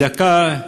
בדקה,